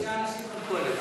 חמישה אנשים חלקו עליך.